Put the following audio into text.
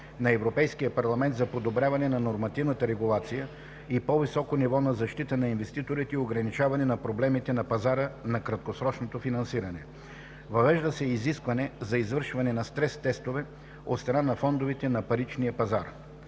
на Европейския парламент за подобряване на нормативната регулация и по-високо ниво на защита на инвеститорите и ограничаване на проблемите на пазара на краткосрочно финансиране. Въвежда се изискване за извършване на стрес тестове от страна на фондовете на паричния пазар,